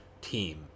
team